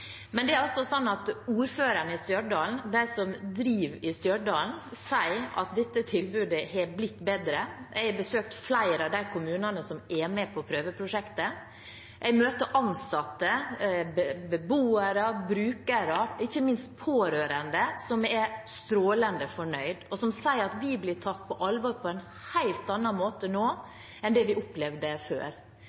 i Stjørdal, de som styrer i Stjørdal, sier at dette tilbudet har blitt bedre. Jeg har besøkt flere av de kommunene som er med på prøveprosjektet. Jeg har møtt ansatte, beboere, brukere og ikke minst pårørende som er strålende fornøyd, og som sier at de blir tatt på alvor på en helt annen måte nå enn det de opplevde før.